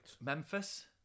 Memphis